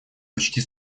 почти